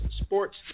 sports